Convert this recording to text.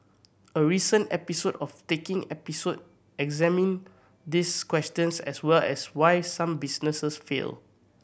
a recent episode of Taking Episode examined this question as well as why some businesses fail